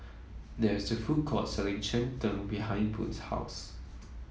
there is a food court selling Cheng Tng behind Boone's house